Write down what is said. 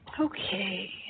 Okay